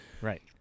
Right